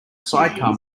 sidecar